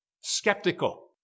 Skeptical